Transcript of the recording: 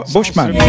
Bushman